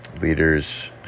Leaders